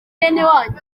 benewanyu